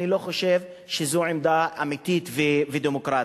אני לא חושב שזו עמדה אמיתית ודמוקרטית.